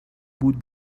بود